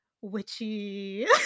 witchy